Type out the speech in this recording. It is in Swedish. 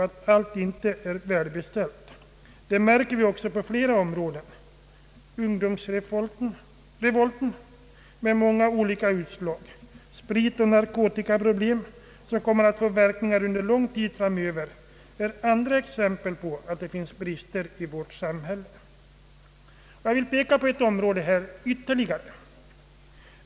Att allt inte är välbeställt märker vi också på flera områden. Ungdomsrevolten med många olika uttryck, spritoch narkotikaproblem som kommer att få verkning under lång tid framöver, är andra exempel på att det finns brister i vårt samhälle. Jag vill peka på ytterligare ett område.